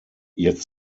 jetzt